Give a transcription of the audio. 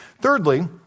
Thirdly